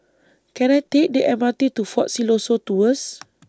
Can I Take The M R T to Fort Siloso Tours